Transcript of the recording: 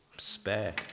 spare